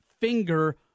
finger